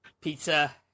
pizza